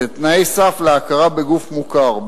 תנאי סף להכרה בגוף מוכר,